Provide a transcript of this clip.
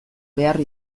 behar